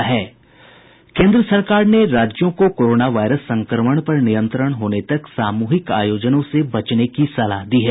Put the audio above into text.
केन्द्र सरकार ने राज्यों को कोरोना वायरस संक्रमण पर नियंत्रण होने तक सामूहिक आयोजनों से बचने की सलाह दी है